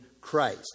Christ